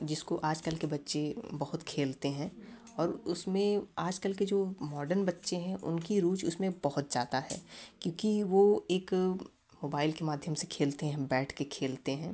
जिसको आजकल के बच्चे बहुत खेलते हैं और उसमें आजकल के जो मॉडर्न बच्चे है उनकी रुचि उसमें बहुत ज़्यादा है क्योंकि वो एक मोबाईल के माध्यम से खेलते है हम बैठ के खेलते हैं